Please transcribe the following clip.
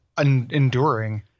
enduring